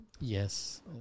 Yes